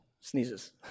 sneezes